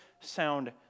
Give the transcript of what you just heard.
sound